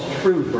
true